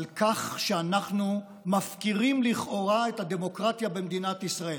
על כך שאנחנו מפקירים לכאורה את הדמוקרטיה במדינת ישראל.